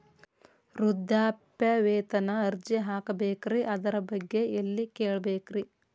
ವೃದ್ಧಾಪ್ಯವೇತನ ಅರ್ಜಿ ಹಾಕಬೇಕ್ರಿ ಅದರ ಬಗ್ಗೆ ಎಲ್ಲಿ ಕೇಳಬೇಕ್ರಿ?